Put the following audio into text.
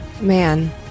Man